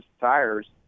tires